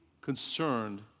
concerned